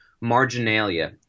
marginalia